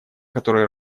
который